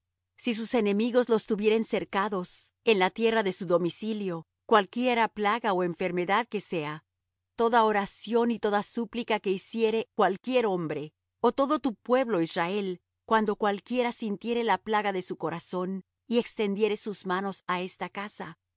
si sus enemigos los tuvieren cercados en la tierra de su domicilio cualquiera plaga ó enfermedad que sea toda oración y toda súplica que hiciere cualquier hombre ó todo tu pueblo israel cuando cualquiera sintiere la plaga de su corazón y extendiere sus manos á esta casa